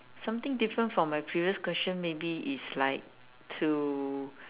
something different from my previous question maybe it's like to